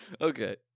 Okay